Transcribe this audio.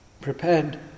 prepared